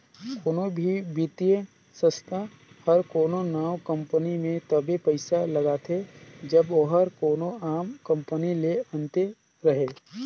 कोनो भी बित्तीय संस्था हर कोनो नावा कंपनी में तबे पइसा लगाथे जब ओहर कोनो आम कंपनी ले अन्ते रहें